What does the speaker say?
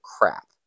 crap